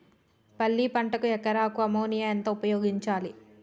పల్లి పంటకు ఎకరాకు అమోనియా ఎంత ఉపయోగించాలి?